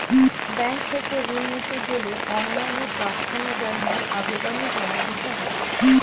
bank থেকে ঋণ নিতে গেলে অনলাইনে প্রার্থনা জানিয়ে আবেদন জমা দিতে হয়